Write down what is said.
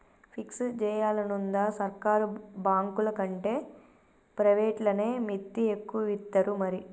fix జేయాలనుందా, సర్కారు బాంకులకంటే ప్రైవేట్లనే మిత్తి ఎక్కువిత్తరు మరి